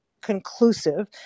conclusive